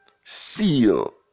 Seal